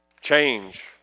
Change